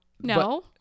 no